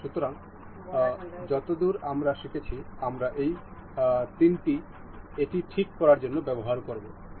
সুতরাং যতদূর আমরা শিখেছি আমরা এই জ্ঞানটি এটি ঠিক করার জন্য ব্যবহার করব